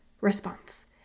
response